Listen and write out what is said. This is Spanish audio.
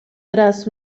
tras